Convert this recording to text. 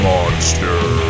Monster